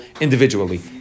individually